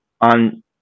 on